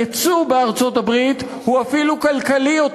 הייצוא בארצות-הברית הוא אפילו כלכלי יותר